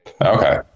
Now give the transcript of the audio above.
Okay